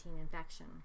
infection